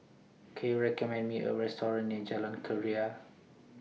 Can YOU recommend Me A Restaurant near Jalan Keria